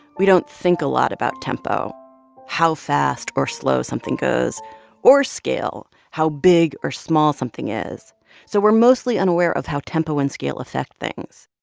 we don't think a lot about tempo how fast or slow something goes or scale how big or small something is so we're mostly unaware of how tempo and scale affect things.